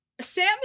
Sam